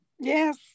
yes